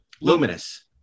luminous